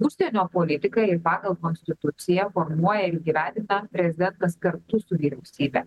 užsienio politikai ir pagal konstituciją formuoja ir įgyvendina prezidentas kartu su vyriausybe